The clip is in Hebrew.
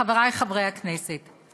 חברי חברי הכנסת,